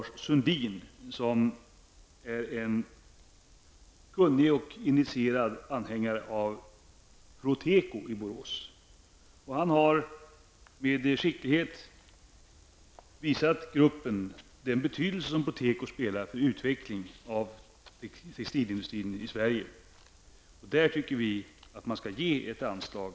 Sundin är en kunnig och initierad anhängare av Proteko i Borås. Han har med skicklighet visat gruppen vilken betydelse Proteko har för utvecklingen av tekoindustrin i Sverige. Vi anser att man här skall ge ett anslag.